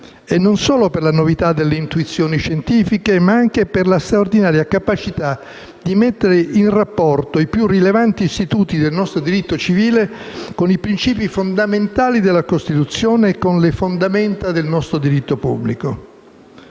e non solo per la novità delle intuizioni scientifiche, ma anche per la straordinaria capacità di mettere in rapporto i più rilevanti istituti del nostro dritto civile con i principi fondamentali della Costituzione e con le fondamenta del nostro diritto pubblico.